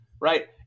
right